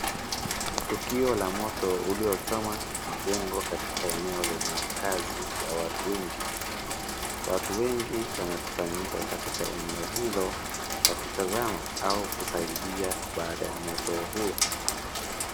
Tukio la moto uliochoma majengo katika eneo lenye makazi ya watu wengi, watu wengi wamekusanyika katika eneo hilo wakitazama au kusaidia baada ya moto huo.